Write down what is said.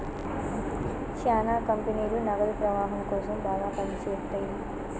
శ్యానా కంపెనీలు నగదు ప్రవాహం కోసం బాగా పని చేత్తయ్యి